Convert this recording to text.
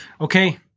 Okay